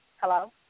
Hello